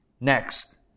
Next